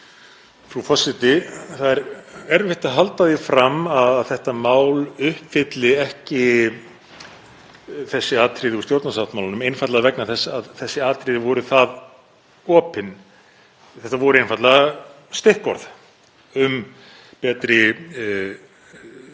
Frú forseti. Það er erfitt að halda því fram að þetta mál uppfylli ekki þessi atriði úr stjórnarsáttmálanum, einfaldlega vegna þess að atriðin voru það opin. Þetta voru einfaldlega stikkorð um betri og